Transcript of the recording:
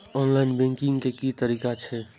Online banking के की तरीका छै?